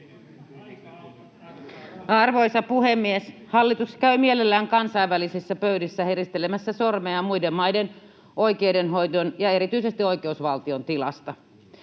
Arvoisa puhemies! Hallitus käy mielellään kansainvälisissä pöydissä heristelemässä sormeaan muiden maiden oikeudenhoidon ja erityisesti oikeusvaltion tilasta.